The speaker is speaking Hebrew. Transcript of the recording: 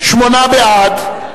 שמונה בעד,